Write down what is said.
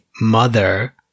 mother